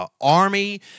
army